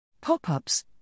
Pop-ups